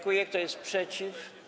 Kto jest przeciw?